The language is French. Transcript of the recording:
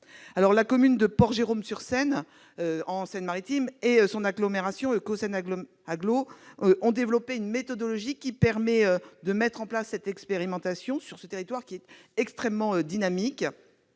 La commune de Port-Jérôme-sur-Seine, en Seine-Maritime, et son agglomération Caux Seine Agglo ont développé une méthodologie tendant à mettre en place cette expérimentation sur un territoire extrêmement dynamique.